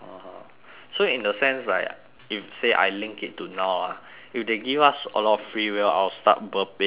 so in the sense like if say I link it to now ah if they give us a lot of free will I will start burping and